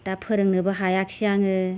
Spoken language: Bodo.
दा फोरोंनोबो हायाखिसै आङो